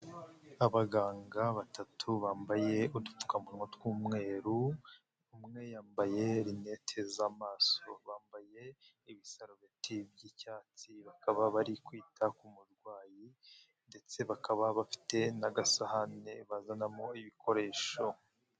Abaganga batatu bambaye udupfukamunwa tw'umweru, umwe yambaye rinete z'amaso, bambaye ibisarobeti by'icyatsi, bakaba bari kwita ku murwayi ndetse bakaba bafite n'agasahane bazanamo ibikoresho.